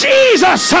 Jesus